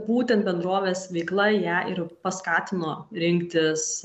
būtent bendrovės veikla ją ir paskatino rinktis